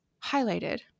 highlighted